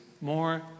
more